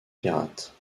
pirates